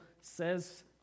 says